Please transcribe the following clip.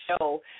show